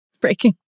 Breaking